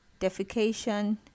defecation